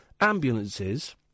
ambulances